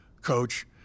coach